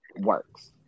works